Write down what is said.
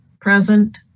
Present